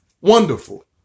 wonderful